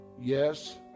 yes